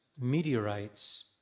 meteorites